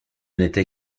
n’était